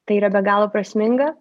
tai yra be galo prasminga